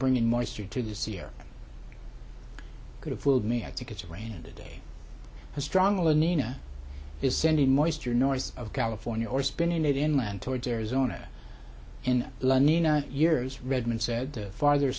bringing moisture to the sea or could have fooled me i think it's raining today strongly nina is sending meister noise of california or spinning it inland towards arizona in years redmond said the farther